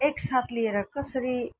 एक साथ लिएर कसरी